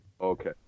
Okay